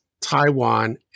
Taiwan